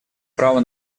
право